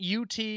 UT